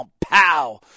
pow